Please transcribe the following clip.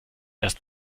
erst